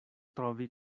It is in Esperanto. trovi